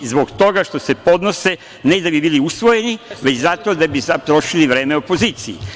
Zbog toga što se podnose, ne da bi bili usvojeni, već zato da bi trošili vreme opoziciji.